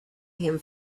him